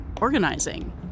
organizing